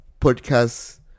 podcast